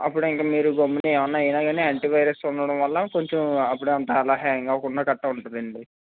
అప్పుడు ఇంకా మీరు గమ్మున ఏమైనా అయినా కానీ యాంటీవైరస్ ఉండడం వలన కొంచెం అప్పుడంత అలా హ్యాంగ్ అవ్వకుండా గట్రా ఉంటుందండి